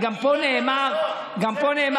גם פה נאמר קודם,